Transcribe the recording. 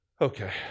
Okay